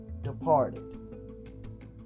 departed